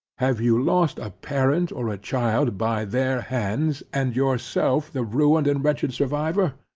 have you lost parent or a child by their hands, and yourself the ruined and wretched survivor?